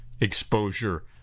exposure